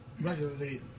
regularly